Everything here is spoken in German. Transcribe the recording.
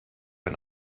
ein